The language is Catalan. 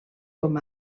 com